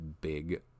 big